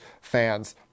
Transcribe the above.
fans